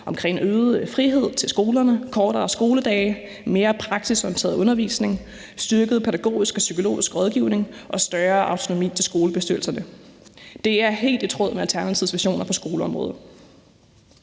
om øget frihed til skolerne, kortere skoledage, mere praksisorienteret undervisning, styrket pædagogisk og psykologisk rådgivning og større autonomi til skolebestyrelserne. Det er helt i tråd med Alternativets visioner på skoleområdet.